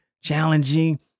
Challenging